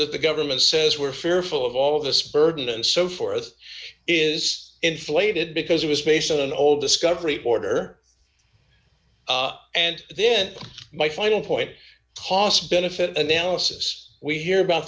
that the government says were fearful of all this burden and so forth is inflated because it was based on an old discovery order and then my final point toss benefit analysis we hear about